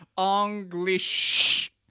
English